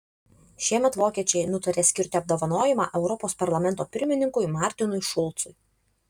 šiemet vokiečiai nutarė skirti apdovanojimą europos parlamento pirmininkui martinui šulcui